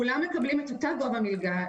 כולם מקבלים את אותה גובה מלגה,